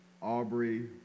Aubrey